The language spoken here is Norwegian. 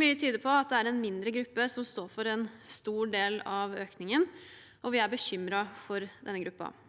Mye tyder på at det er en mindre gruppe som står for en stor del av økningen, og vi er bekymret for denne gruppen.